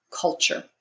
culture